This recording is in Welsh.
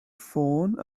ffôn